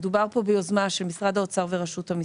מדובר ביוזמה של משרד האוצר ורשות המסים,